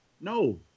no